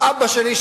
אבא שלי,